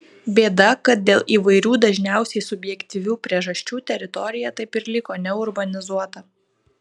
bėda kad dėl įvairių dažniausiai subjektyvių priežasčių teritorija taip ir liko neurbanizuota